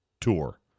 tour